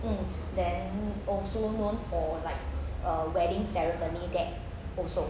mm then also known for like uh wedding ceremony there also